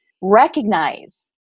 recognize